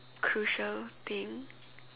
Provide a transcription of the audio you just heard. crucial thing